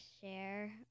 share